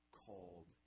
called